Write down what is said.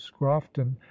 scrofton